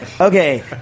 Okay